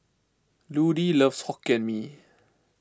Ludie loves Hokkien Mee